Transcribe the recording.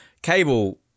Cable